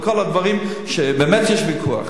לכל הדברים שבאמת עליהם יש ויכוח,